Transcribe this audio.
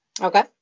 Okay